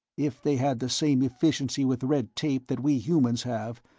if they had the same efficiency with red tape that we humans have,